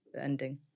ending